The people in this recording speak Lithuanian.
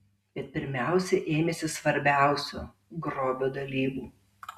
bet pirmiausia ėmėsi svarbiausio grobio dalybų